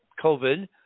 COVID